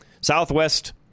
Southwest